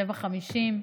7 50?